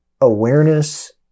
awareness